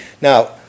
Now